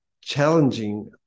challenging